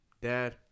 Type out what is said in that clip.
Dad